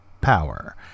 Power